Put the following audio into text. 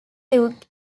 luke